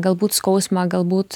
galbūt skausmą galbūt